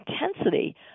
intensity